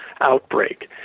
outbreak